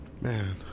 man